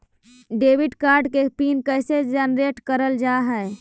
Debit card के PIN कैसे generate करल जाहै?